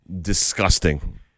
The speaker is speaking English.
Disgusting